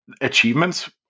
achievements